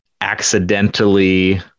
accidentally